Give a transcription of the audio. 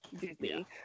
disney